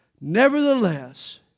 Nevertheless